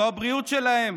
זו הבריאות שלהם,